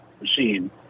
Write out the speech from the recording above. machine